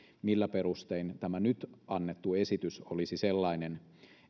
millä perustein tämä nyt annettu esitys olisi sellainen